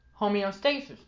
homeostasis